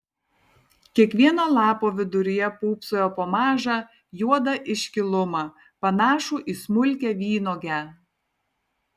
kiekvieno lapo viduryje pūpsojo po mažą juodą iškilumą panašų į smulkią vynuogę